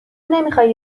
نمیخوای